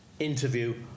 interview